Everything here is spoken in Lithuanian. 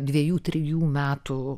dviejų trijų metų